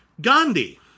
Gandhi